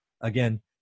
Again